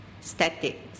static